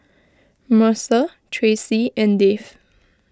Mercer Tracee and Dave